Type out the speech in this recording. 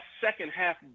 second-half